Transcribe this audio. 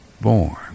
Born